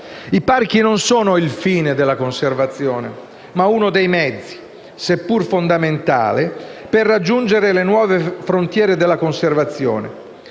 I parchi non sono il fine della conservazione, ma uno dei mezzi, seppur fondamentale, per raggiungere le nuove frontiere della conservazione.